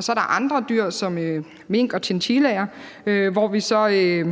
Så er der andre dyr som mink og chinchillaer, hvor